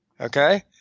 okay